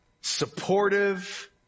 supportive